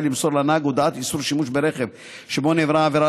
למסור לנהג הודעת איסור שימוש ברכב שבו נעברה העבירה